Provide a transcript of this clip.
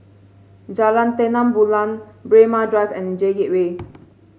Jalan Terang Bulan Braemar Drive and J Gateway